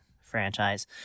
franchise